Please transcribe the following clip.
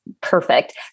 perfect